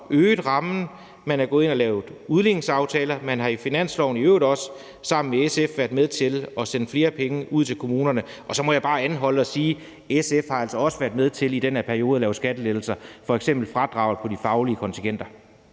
øgede rammen, man er gået ind og har lavet udligningsaftaler, og man har i finansloven, i øvrigt også sammen med SF, været med til at sende flere penge ud til kommunerne. Så jeg må bare anholde det og sige, at SF altså også har været med til i den her periode at lave skattelettelser, f.eks. fradraget på de faglige kontingenter.